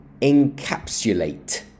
encapsulate